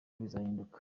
bizahinduka